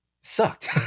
sucked